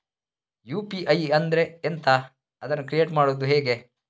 UPI ಅಂದ್ರೆ ಎಂಥ? ಅದನ್ನು ಕ್ರಿಯೇಟ್ ಹೇಗೆ ಮಾಡುವುದು?